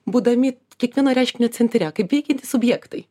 būdami kiekvieno reiškinio centre kaip veikiantys subjektai